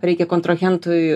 reikia kontrahentui